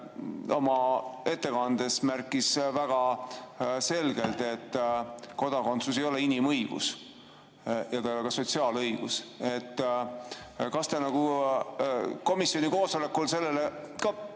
oma ettekandes märkis väga selgelt, et kodakondsus ei ole inimõigus ega ka sotsiaalõigus. Kas te komisjoni koosolekul sellele